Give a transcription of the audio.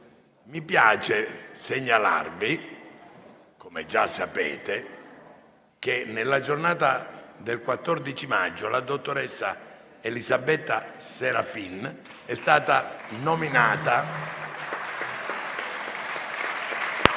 Colleghi, come già sapete, nella giornata del 14 maggio la dottoressa Elisabetta Serafin è stata nominata...